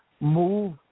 move